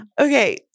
Okay